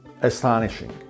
astonishing